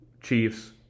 Chiefs